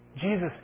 Jesus